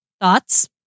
Thoughts